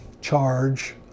charge